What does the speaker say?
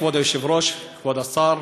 כבוד היושב-ראש, כבוד השר,